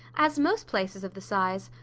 as most places of the size.